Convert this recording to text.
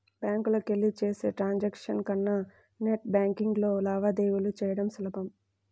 బ్యాంకులకెళ్ళి చేసే ట్రాన్సాక్షన్స్ కన్నా నెట్ బ్యేన్కింగ్లో లావాదేవీలు చెయ్యడం సులభం